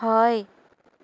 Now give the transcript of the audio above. হয়